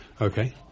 Okay